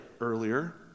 earlier